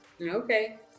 okay